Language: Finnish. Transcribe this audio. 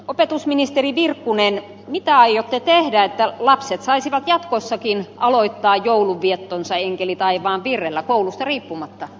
opetusministeri virkkunen mitä aiotte tehdä että lapset saisivat jatkossakin aloittaa joulun viettonsa enkeli taivaan virrellä koulusta riippumatta